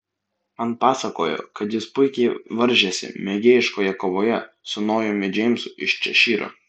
man pasakojo kad jis puikiai varžėsi mėgėjiškoje kovoje su nojumi džeimsu iš češyro